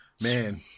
Man